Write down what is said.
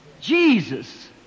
Jesus